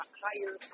higher